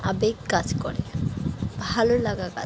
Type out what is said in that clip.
আবেগ কাজ করে ভালো লাগা কাজ